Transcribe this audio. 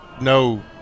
no